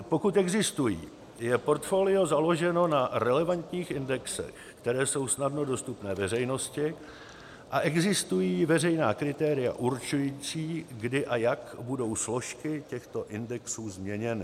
pokud existují, je portfolio založeno na relevantních indexech, které jsou snadno dostupné veřejnosti a existují veřejná kritéria určující, kdy a jak budou složky těchto indexů změněny;